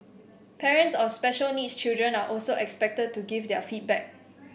parents of special needs children are also expected to give their feedback